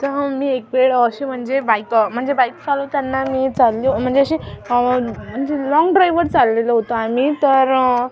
तर मी एक वेळ अशी म्हणजे बाइक म्हणजे बाइक चालवताना मी चालली ओ म्हणजे अशी म्हणजे लॉंग ड्राइववर चाललेलो होतो आम्ही तर